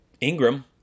Ingram